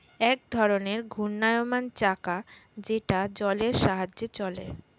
এক ধরনের ঘূর্ণায়মান চাকা যেটা জলের সাহায্যে চলে